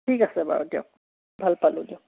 ঠিক আছে বাৰু দিয়ক ভাল পালোঁ দিয়ক